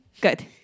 Good